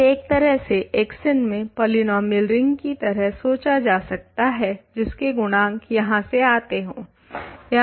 इसे एक तरह से Xn में पोलिनोमियल रिंग की तरह सोचा जा सकता है जिसके गुणांक यहाँ से आते हों